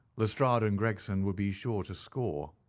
lestrade and gregson would be sure to score.